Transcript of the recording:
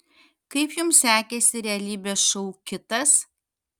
kaip jums sekėsi realybės šou kitas